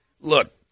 look